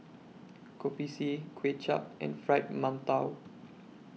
Kopi C Kuay Chap and Fried mantou